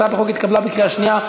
הצעת החוק התקבלה בקריאה שנייה.